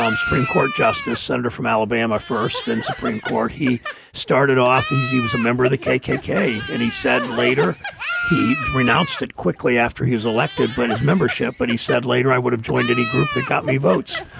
um supreme court justice, senator from alabama first and supreme court. he started off easy, was a member of the kkk, and he said later he renounced it quickly after he was elected. but his membership. but he said later i would have joined any group that got me votes.